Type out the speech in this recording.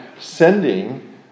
sending